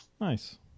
nice